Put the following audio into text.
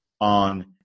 on